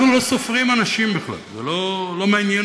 אנחנו לא סופרים אנשים בכלל, זה לא מעניין